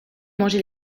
manger